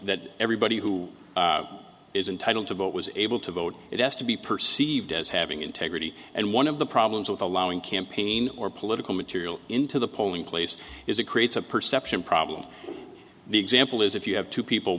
that everybody who is entitled to vote was able to vote it has to be perceived as having integrity and one of the problems with allowing campaigning or political material into the polling place is it creates a perception problem the example is if you have two people